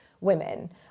women